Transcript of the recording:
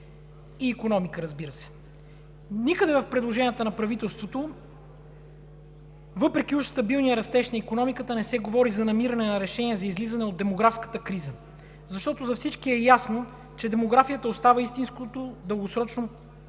и икономика, разбира се. Никъде в предложенията на правителството, въпреки уж стабилния растеж на икономиката, не се говори за намиране на решения за излизане от демографската криза, защото за всички е ясно, че демографията остава истинското дългосрочно